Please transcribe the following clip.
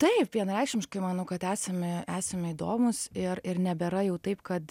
taip vienareikšmiškai manau kad esame esame įdomūs ir ir nebėra jau taip kad